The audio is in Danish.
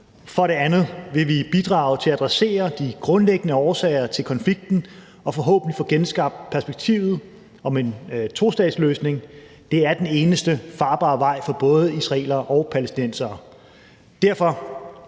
For det andet vil vi bidrage til at adressere de grundlæggende årsager til konflikten og forhåbentlig få genskabt perspektivet for en tostatsløsning. Det er den eneste farbare vej for både israelere og palæstinensere. Derfor